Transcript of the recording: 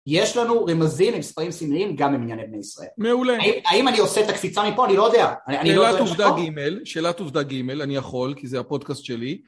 יש לנו רמזים עם ספרים סמליים גם במנייני בין ישראל. מעולה. האם אני עושה את הקפיצה מפה? אני לא יודע. שאלת עובדה גימל, שאלת עובדה גימל, אני יכול כי זה הפודקאסט שלי.